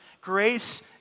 Grace